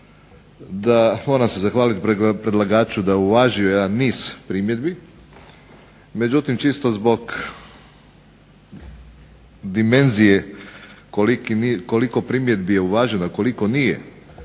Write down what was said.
toga moram se zahvaliti predlagaču da je uvažio jedan niz primjedbi međutim čisto zbog dimenzije koliko primjedbi je uvaženo koliko nije